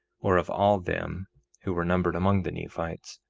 or of all them who were numbered among the nephites,